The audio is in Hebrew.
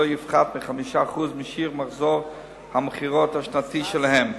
יפחת מ-5% משיעור מחזור המכירות השנתי שלהם.